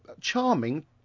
charming